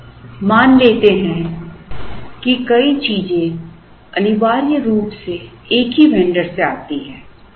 अब मान लेते हैं कि कई चीजें अनिवार्य रूप से एक ही वेंडर से आती हैं